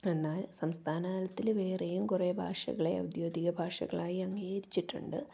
എന്നാൽ സംസ്ഥാന തലത്തില് വേറെയും കുറേ ഭാഷകളെ ഔദ്യോഗിക ഭാഷകളായി അംഗീകരിച്ചിട്ടുണ്ട്